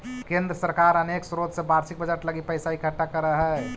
केंद्र सरकार अनेक स्रोत से वार्षिक बजट लगी पैसा इकट्ठा करऽ हई